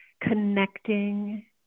connecting